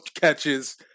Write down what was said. catches